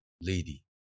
lady